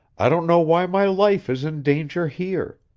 i don't know why my life is in danger here.